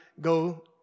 go